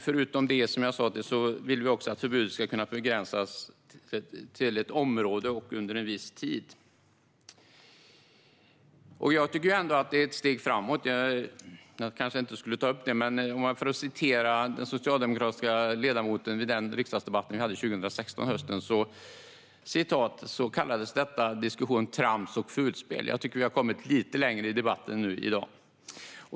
Förutom det vill vi också att förbudet ska kunna begränsas till ett område och under en viss tid. Jag tycker ändå att det är ett steg framåt. Jag vill citera den socialdemokratiska ledamoten från den riksdagsdebatt som vi hade under hösten 2016. Han kallade den här diskussionen för "trams och fulspel". Jag tycker att vi har kommit lite längre i debatten här i dag.